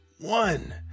one